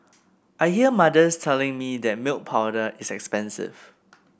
I hear mothers telling me that milk powder is expensive